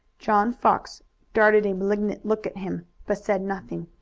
john fox darted a malignant look at him, but said nothing.